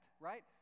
right